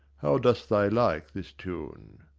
how dost thou like this tune?